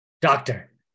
doctor